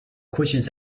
questions